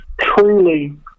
truly